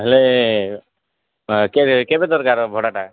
ହେଲେ କେବେ କେବେ ଦରକାର ଭଡ଼ାଟା